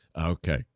Okay